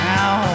Now